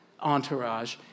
entourage